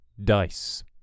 dice